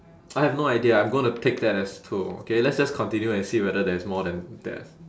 I have no idea I'm gonna take that as two okay let's just continue and see whether there is more than that